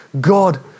God